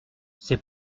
c’est